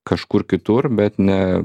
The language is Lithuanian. kažkur kitur bet ne